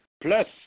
Plus